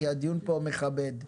כי הדיון פה מכבד.